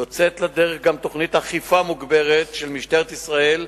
יוצאת לדרך גם תוכנית אכיפה מוגברת של משטרת ישראל,